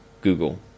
Google